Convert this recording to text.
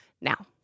now